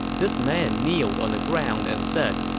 this man kneeled on the ground and said,